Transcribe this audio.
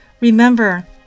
remember